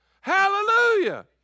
Hallelujah